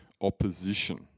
opposition